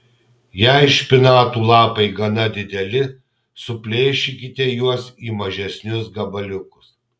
jei špinatų lapai gana dideli suplėšykite juos į mažesnius gabaliukus